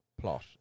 plot